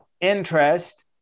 interest